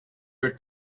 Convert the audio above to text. her